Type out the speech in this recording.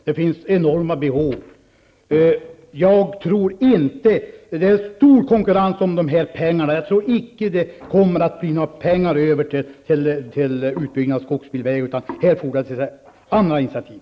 Det finns enorma behov. Det är stor konkurrens om de här pengarna. Jag tror icke att det kommer att bli några pengar över till utbyggnad av skogsbilvägar -- här fordras det initiativ.